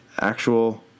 actual